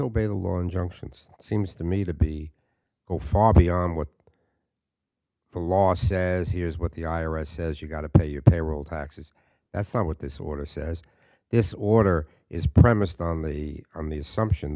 obey the law injunctions seems to me to be so far beyond what the law says here is what the i r s says you've got to pay your payroll taxes that's not what this order says this order is premised on the on the assumption